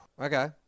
Okay